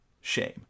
shame